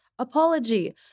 apology